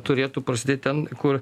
turėtų prasidėt ten kur